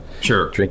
Sure